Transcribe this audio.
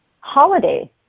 holiday